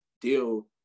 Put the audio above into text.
deal